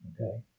Okay